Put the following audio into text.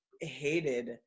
hated